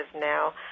now